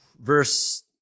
Verse